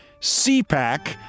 CPAC